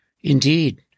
Indeed